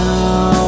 Now